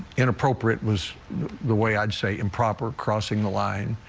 inappropriate was the way i'd say improper crossing the line.